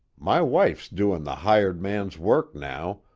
my wife's doin' the hired man's work now,